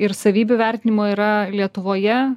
ir savybių vertinimo yra lietuvoje